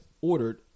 ordered